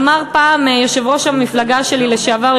אמר פעם יושב-ראש המפלגה שלי לשעבר,